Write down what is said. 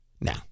Now